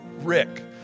Rick